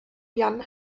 jan